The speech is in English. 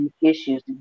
issues